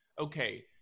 okay